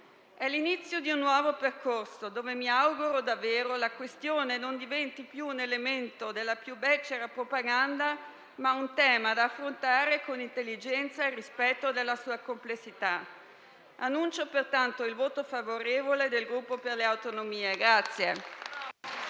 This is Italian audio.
È l'inizio di un nuovo percorso, in cui mi auguro davvero che la questione smetta di essere un elemento della più becera propaganda e diventi un tema da affrontare con intelligenza e rispetto della sua complessità. Annuncio pertanto il voto favorevole del Gruppo per le Autonomie.